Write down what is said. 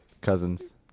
Cousins